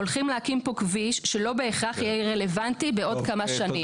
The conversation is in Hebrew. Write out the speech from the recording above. הולכים להקים פה כביש שלא בהכרח יהיה רלוונטי בעוד כמה שנים".